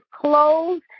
clothes